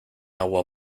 agua